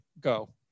go